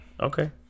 Okay